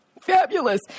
fabulous